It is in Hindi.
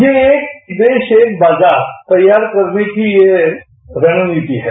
ये देश एक बाजार तैयार करने की ये रणनीति है